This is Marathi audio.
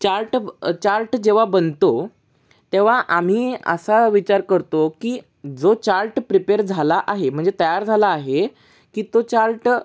चार्ट चार्ट जेव्हा बनतो तेव्हा आम्ही असा विचार करतो की जो चार्ट प्रिपेर झाला आहे म्हणजे तयार झाला आहे की तो चार्ट